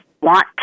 want